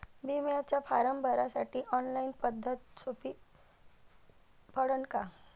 बिम्याचा फारम भरासाठी ऑनलाईन पद्धत सोपी पडन का?